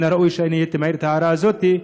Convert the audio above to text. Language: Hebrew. מן הראוי שאעיר את ההערה הזאת,